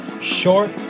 Short